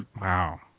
Wow